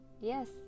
yes